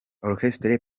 orchestre